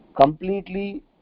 completely